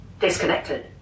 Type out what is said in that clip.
disconnected